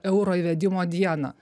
euro įvedimo dieną